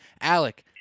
Alec